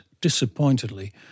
disappointedly